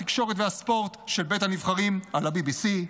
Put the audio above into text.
התקשורת והספורט של בית הנבחרים על ה-BBC,